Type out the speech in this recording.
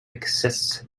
exist